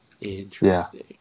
Interesting